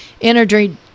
Energy